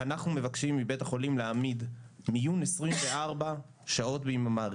כשאנחנו מבקשים מבית החולים להעמיד 24 שעות ביממה,